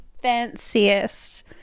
Fanciest